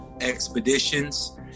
expeditions